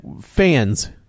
fans